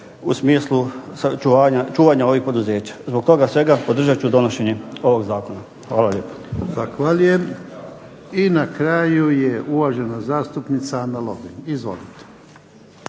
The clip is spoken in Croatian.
u smislu čuvanja ovih poduzeća. Zbog toga svega podržat ću donošenje ovog zakona. Hvala lijepa.